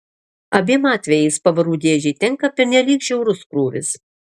abiem atvejais pavarų dėžei tenka pernelyg žiaurus krūvis